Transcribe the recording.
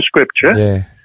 Scripture